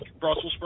Brussels